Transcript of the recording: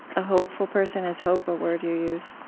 a hopeful person? is hope a word you use?